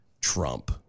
Trump